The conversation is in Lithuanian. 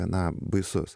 gana baisus